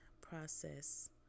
process